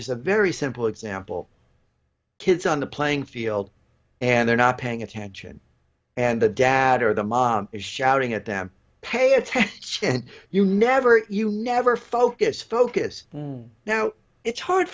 just a very simple example kids on the playing field and they're not paying attention and the dad or the mom is shouting at them pay attention and you never you never focus focus now it's hard